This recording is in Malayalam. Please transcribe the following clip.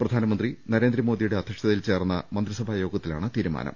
പ്രധാനമന്ത്രി നരേന്ദ്രമോദിയുടെ അധ്യക്ഷതയിൽ ചേർന്ന മന്ത്രിസഭാ യോഗത്തിലാണ് തീരുമാനം